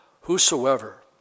Whosoever